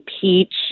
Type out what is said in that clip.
peach